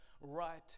right